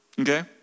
Okay